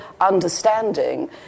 understanding